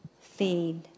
Feed